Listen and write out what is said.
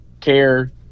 care